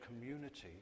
community